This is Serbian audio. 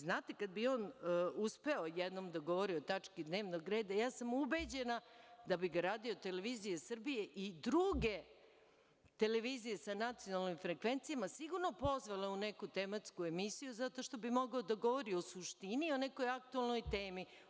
Znate, kad bi on uspeo jednom da govori o tački dnevnog reda, ubeđena sam da bi ga Radio televizija Srbije i druge televizije sa nacionalnim frekvencijama sigurno pozvale u neku tematsku emisiju, zato što bi mogao da govori o suštini, o nekoj aktuelnoj temi.